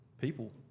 people